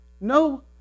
no